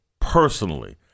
personally